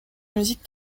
musique